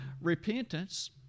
repentance